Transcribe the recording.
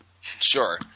sure